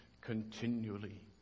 continually